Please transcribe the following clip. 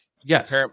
Yes